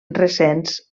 recents